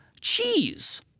Cheese